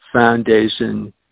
foundation